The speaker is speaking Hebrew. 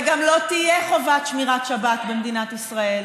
וגם לא תהיה חובת שמירת שבת במדינת ישראל.